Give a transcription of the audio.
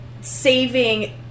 saving